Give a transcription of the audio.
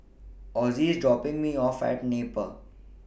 Osie IS dropping Me off At Napier